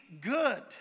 good